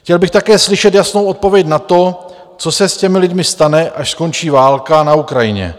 Chtěl bych také slyšet jasnou odpověď na to, co se s těmi lidmi stane, až skončí válka na Ukrajině.